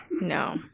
No